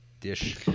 dish